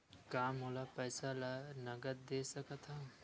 का मोला पईसा ला नगद दे सकत हव?